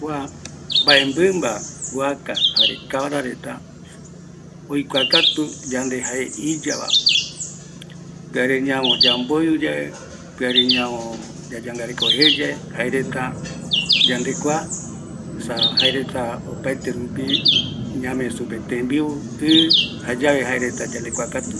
Kua mɨmba, guaca jare kavara reta, oikuakatu yande jae iyava, pɨare ñavo yamboɨu yave, pɨare ñave yayangareko jeyave, jaereta yandekua, jaeretape ñamee yave supe tembiu, ɨ, jayave jaereta yande kua katu